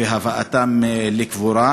והבאתן לקבורה,